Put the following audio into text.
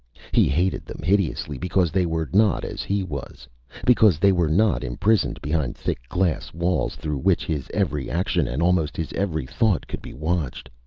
he hated them hideously because they were not as he was because they were not imprisoned behind thick glass walls through which his every action and almost his every thought could be watched.